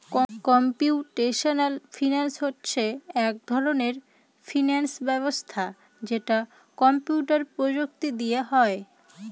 computational finance হচ্ছে এক ধরনের ফিনান্স ব্যবস্থা যেটা কম্পিউটার প্রযুক্তি দিয়ে হয়